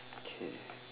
okay